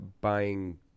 buying